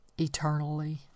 eternally